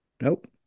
Nope